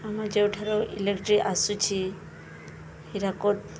ଆମେ ଯେଉଁଠାରୁ ଇଲେକ୍ଟ୍ରି ଆସୁଛି ହୀରାକୁଦ